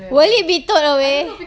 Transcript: will it be towed away